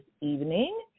evening